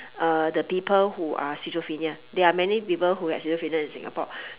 uh the people who are schizophrenia there are many people who are schizophrenia in singapore